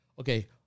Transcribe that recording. okay